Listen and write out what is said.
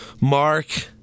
Mark